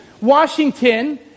Washington